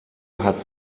hat